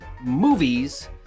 movies